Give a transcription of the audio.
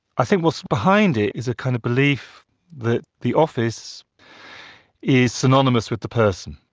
i think what's behind it is a kind of belief that the office is synonymous with the person.